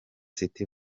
city